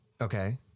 Okay